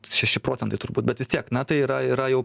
šeši procentai turbūt bet vis tiek na tai yra yra jau